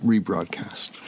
Rebroadcast